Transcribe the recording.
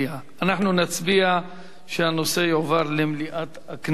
אנחנו נצביע על כך שהנושא יועבר למליאת הכנסת.